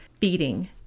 feeding